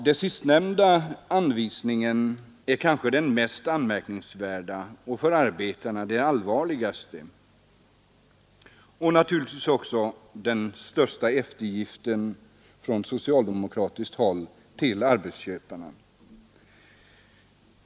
Den sistnämnda anvisningen är kanske den mest anmärkningsvärda och för arbetarna det allvarligaste — och kanske den största eftergiften från socialdemokratiskt håll till arbetsköparna.